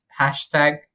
hashtag